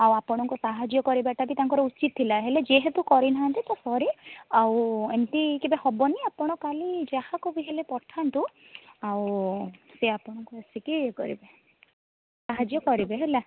ଆଉ ଆପଣଙ୍କର ସାହାଯ୍ୟ କରିବାଟା ବି ତାଙ୍କର ଉଚିତ୍ ଥିଲା ତ ହେଲେ ଯେହେତୁ କରିନାହାନ୍ତି ତ ସରି ଆଉ ଏମିତି କେବେ ହେବନି ଆପଣ କାଲି ଯାହାକୁ ବି ହେଲେ ପଠାନ୍ତୁ ଆଉ ସେ ଆପଣଙ୍କୁ ଆସିକି ଇଏ କରିବେ ସାହାଯ୍ୟ କରିବେ ହେଲା